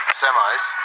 semis